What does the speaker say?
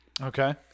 okay